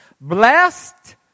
blessed